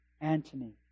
Antony